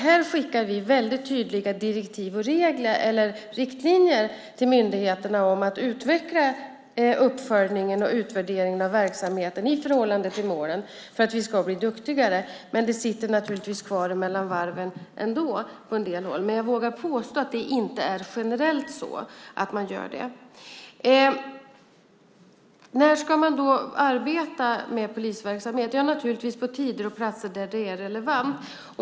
Här skickar vi väldigt tydliga direktiv och riktlinjer till myndigheterna om att utveckla uppföljningen och utvärderingen av verksamheten i förhållande till målen för att vi ska bli duktigare, men det sitter naturligtvis kvar mellan varven ändå på en del håll. Men jag vågar påstå att det inte är generellt så att man gör det. När ska man då arbeta med polisverksamhet? Jo, naturligtvis på tider och platser där det är relevant.